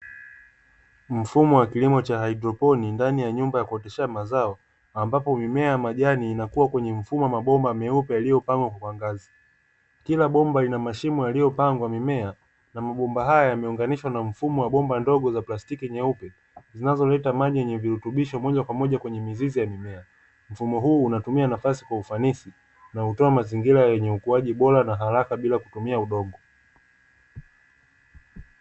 Mfumo wa kilimo cha hydroponi ndani ya nyumba ya kotisha mazao, ambapo mimea ya majani inakuwa kwenye mfumo wa mabomba meupe aliyopangwa kuangaza, kila bomba ina mashimo yaliyopangwa mimea na mabomba haya yameunganishwa na mfumo wa bomba ndogo za plastiki nyeupe, zinazoleta maji yenye virutubisho moja kwa moja kwenye mizizi ya mimea, mfumo huu unatoa nafasi kwa ufanisi na kutoa mazingira yenye ukuaji bora na haraka bila kutumia udongo